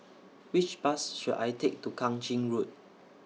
Which Bus should I Take to Kang Ching Road